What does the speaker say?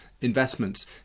investments